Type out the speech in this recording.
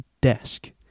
desk